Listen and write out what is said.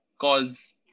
cause